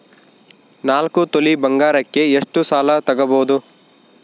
ನಾಲ್ಕು ತೊಲಿ ಬಂಗಾರಕ್ಕೆ ಎಷ್ಟು ಸಾಲ ತಗಬೋದು?